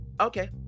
okay